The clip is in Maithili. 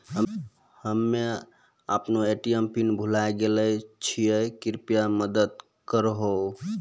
हम्मे अपनो ए.टी.एम पिन भुलाय गेलो छियै, कृपया मदत करहो